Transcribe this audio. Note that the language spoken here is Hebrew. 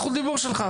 זכות הדיבור שלך.